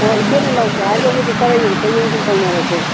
ꯑꯣ ꯏꯆꯦꯅ ꯂꯧꯒꯦ ꯍꯥꯏꯔꯒꯕꯨꯗꯤ ꯈꯔ ꯌꯦꯡꯊꯣꯛ ꯌꯦꯡꯁꯤꯟ ꯇꯧꯅꯔꯁꯦ